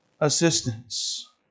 assistance